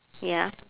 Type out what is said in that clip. ya